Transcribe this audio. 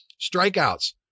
Strikeouts